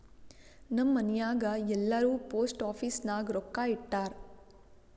ನಮ್ ಮನ್ಯಾಗ್ ಎಲ್ಲಾರೂ ಪೋಸ್ಟ್ ಆಫೀಸ್ ನಾಗ್ ರೊಕ್ಕಾ ಇಟ್ಟಾರ್